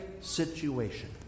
situation